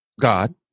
God